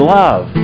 love